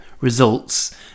results